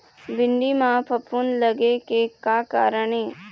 भिंडी म फफूंद लगे के का कारण ये?